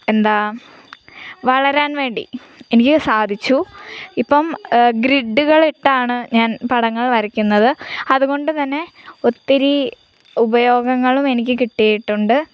എന്താ വളരാൻ വേണ്ടി എനിക്ക് സാധിച്ചു ഇപ്പം ഗ്രിഡ്ഡുകളിട്ടാണ് ഞാൻ പടങ്ങൾ വരക്കുന്നത് അതുകൊണ്ട് തന്നെ ഒത്തിരി ഉപയോഗങ്ങളും എനിക്ക് കിട്ടിയിട്ടുണ്ട്